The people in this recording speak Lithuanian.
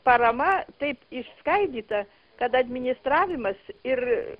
parama taip išskaidyta kad administravimas ir